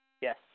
Yes